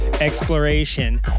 exploration